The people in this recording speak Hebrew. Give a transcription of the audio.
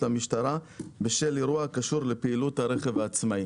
למשטרה בשל אירוע הקשור לפעילות הרכב העצמאי".